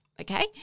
Okay